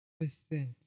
percent